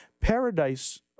paradise